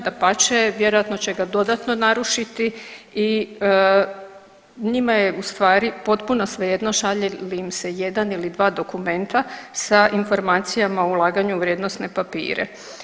Dapače, vjerojatno će ga dodatno narušiti i njima je u stvari potpuno svejedno šalje li im se jedan ili dva dokumenta sa informacijama o ulaganju u vrijednosne papire.